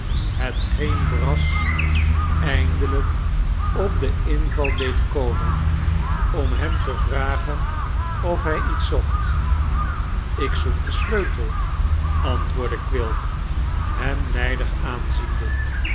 hetgeen brass eindelijk op den inval deed komen om hem te vragen of hij iets zocht ik zoek den sleutel antwoordde quilp hem nijdig aanziende